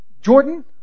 Jordan